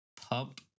pump